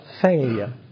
failure